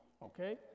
Okay